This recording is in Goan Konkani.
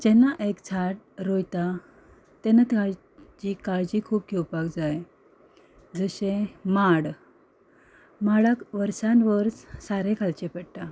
जेन्ना एक झाड रोयता तेन्ना ताची काळजी खूब घेवपाक जाय जशें माड माडाक वर्सान वर्स सारें घालचें पडटा